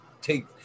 take